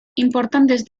importantes